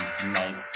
tonight